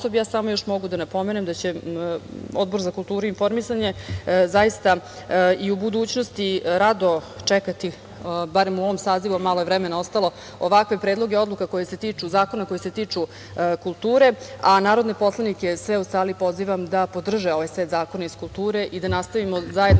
još samo mogu da napomenem da će Odbor za kulturu i informisanje zaista i u budućnosti rado čekati, barem u ovom sazivu, a malo je vremena ostalo, ovakve predloge odluka, zakona koji se tiču kulture, a narodne poslanike sve u sali pozivam dapodrže ovaj set zakona iz kulture i da nastavimo zajedno